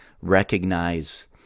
recognize